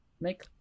make